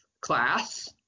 class